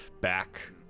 back